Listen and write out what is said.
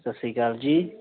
ਸਤਿ ਸ਼੍ਰੀ ਅਕਾਲ ਜੀ